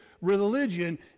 religion